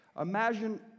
Imagine